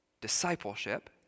Discipleship